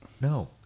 No